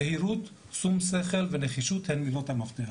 זהירות, שום שכל ונחישות הן מילות המפתח.